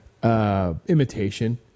Imitation